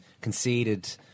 conceded